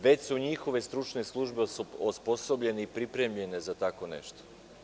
Već su njihove stručne službe osposobljene i pripremljene za tako nešto.